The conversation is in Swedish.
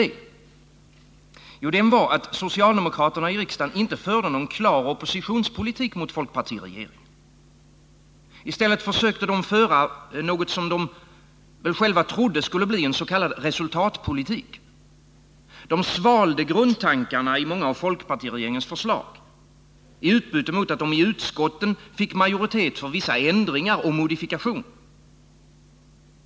Den var att socialdemokraterna i riksdagen inte förde någon klar oppositionspolitik mot folkpartiregeringen. I stället försökte de föra något som de själva trodde skulle bli en s.k. resultatpolitik. De svalde grundtankarna i många av folkpartiregeringens förslag i utbyte mot att de i utskotten fick majoritet för vissa ändringar och modifikationer.